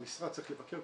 המשרד צריך לבקר,